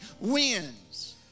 wins